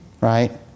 right